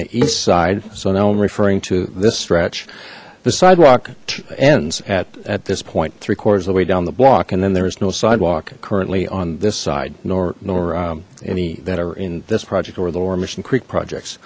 the east side so now i'm referring to this stretch the sidewalk ends at at this point three quarters the way down the block and then there is no sidewalk currently on this side nor nor any that are in this project or the laura mission creek projects